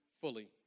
fully